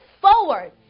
forward